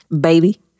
Baby